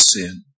sin